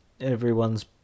everyone's